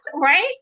Right